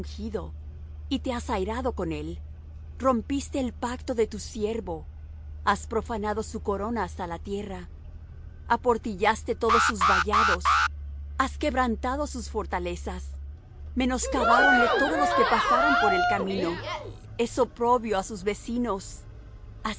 y te has airado con él rompiste el pacto de tu siervo has profanado su corona hasta la tierra aportillaste todos sus vallados has quebrantado sus fortalezas menoscabáronle todos los que pasaron por el camino es oprobio á sus vecinos